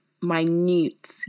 minute